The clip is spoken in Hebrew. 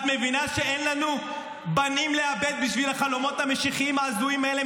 את מבינה שאין לנו בנים לאבד בשביל החלומות המשיחיים ההזויים האלה?